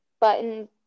button